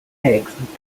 eggs